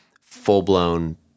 full-blown